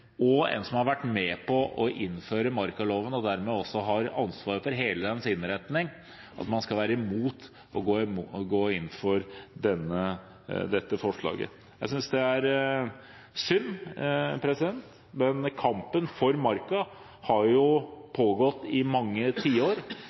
å innføre markaloven og dermed også har ansvaret for hele dens innretning – skal være imot å gå inn for dette forslaget. Jeg synes det er synd. Kampen for marka har